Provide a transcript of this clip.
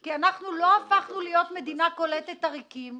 כי אנחנו לא הפכנו להיות מדינה קולטת עריקים,